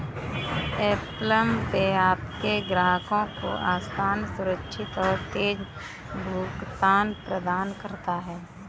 Apple Pay आपके ग्राहकों को आसान, सुरक्षित और तेज़ भुगतान प्रदान करता है